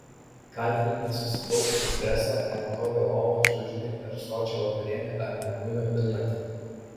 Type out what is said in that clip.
kaltiname susikaupusį stresą nepatogią lovą čiužinį per sočią vakarienę ar mėnulio pilnatį